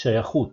שייכות.